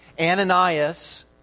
Ananias